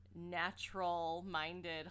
natural-minded